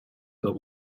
but